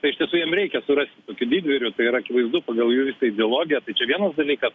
tai iš tiesų jiem reikia surasti tokių didvyrių tai yra akivaizdu pagal jų visą ideologiją tai vienas dalykas